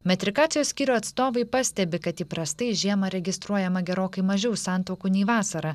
metrikacijos skyrių atstovai pastebi kad įprastai žiemą registruojama gerokai mažiau santuokų nei vasarą